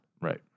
Right